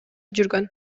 жүргөн